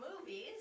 movies